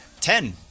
Ten